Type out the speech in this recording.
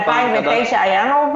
פעם מחדש --- ב-2009 היה נורווגי?